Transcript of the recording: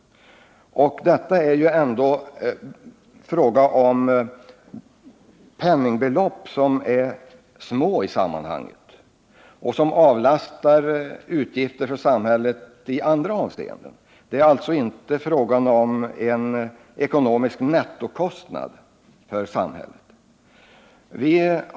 Det är ju ändå fråga om små penningbelopp i sammanhanget, men de avlastar samhället utgifter i andra avseenden. Det är alltså inte fråga om en ekonomisk nettokostnad för samhället.